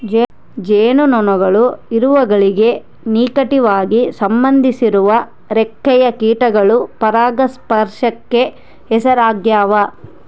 ಜೇನುನೊಣಗಳು ಇರುವೆಗಳಿಗೆ ನಿಕಟವಾಗಿ ಸಂಬಂಧಿಸಿರುವ ರೆಕ್ಕೆಯ ಕೀಟಗಳು ಪರಾಗಸ್ಪರ್ಶಕ್ಕೆ ಹೆಸರಾಗ್ಯಾವ